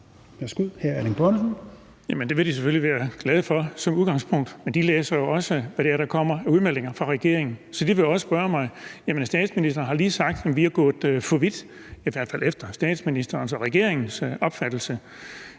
Erling Bonnesen (V): Jamen det vil de selvfølgelig være glade for at høre som udgangspunkt, men de læser jo også, hvad der kommer af udmeldinger fra regeringen. Så de vil også spørge mig om noget. Statsministeren har lige sagt, at vi er gået for vidt, i hvert fald efter statsministeren og regeringens opfattelse.